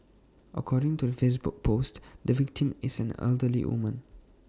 according to the Facebook post the victim is an elderly woman